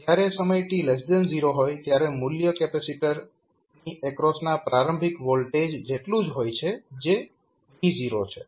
જયારે સમય t 0 હોય ત્યારે મૂલ્ય કેપેસિટરની એક્રોસના પ્રારંભિક વોલ્ટેજ જેટલું જ હોય છે જે V0 છે